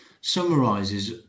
summarizes